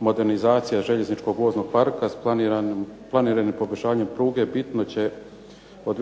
modernizacija željezničkog voznog parka s planiranim ... pruge bit će od